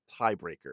tiebreaker